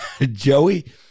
Joey